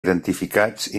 identificats